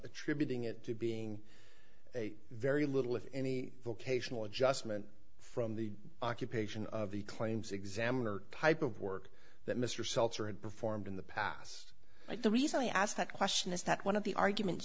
attributing it to being a very little if any vocational adjustment from the occupation of the claims examiner type of work that mr seltzer had performed in the past i don't reason i asked that question is that one of the arguments